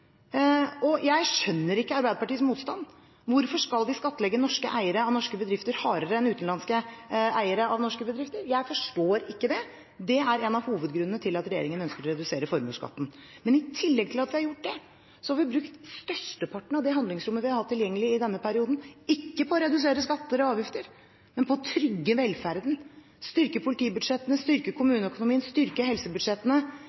Jeg skjønner ikke Arbeiderpartiets motstand. Hvorfor skal vi skattlegge norske eiere av norske bedrifter hardere enn utenlandske eiere av norske bedrifter? Jeg forstår ikke det. Det er en av hovedgrunnene til at regjeringen ønsker å redusere formuesskatten. I tillegg til at vi har gjort det, har vi brukt størsteparten av det handlingsrommet vi har tilgjengelig i denne perioden, ikke på å redusere skatter og avgifter, men på å trygge velferden, styrke politibudsjettene, styrke